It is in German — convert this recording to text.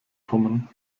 kommen